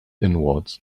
inwards